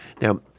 Now